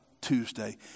Tuesday